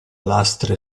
lastre